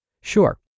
Sure